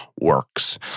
works